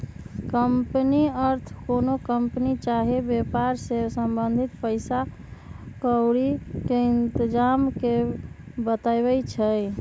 company अर्थ कोनो company चाही वेपार से संबंधित पइसा क्औरी के इतजाम के बतबै छइ